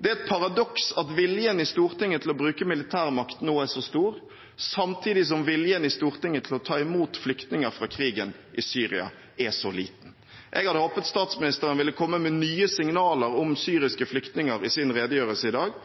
Det er et paradoks at viljen i Stortinget til å bruke militærmakt nå er så stor, samtidig som viljen i Stortinget til å ta imot flyktninger fra krigen i Syria er så liten. Jeg hadde håpet statsministeren ville komme med nye signaler om syriske flyktninger i sin redegjørelse i dag.